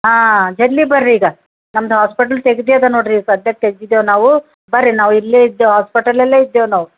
ಹಾಂ ಜಲ್ದಿ ಬರ್ರಿ ಈಗ ನಮ್ದು ಹಾಸ್ಪಿಟಲ್ ತೆಗೆದೇ ಅದ ನೋಡಿರಿ ಸದ್ಯಕ್ಕೆ ತೆಗ್ದಿದ್ದೇವೆ ನಾವು ಬರ್ರಿ ನಾವು ಇಲ್ಲೇ ಇದ್ದೇವೆ ಹಾಸ್ಪಿಟಲಲ್ಲೇ ಇದ್ದೇವೆ ನಾವು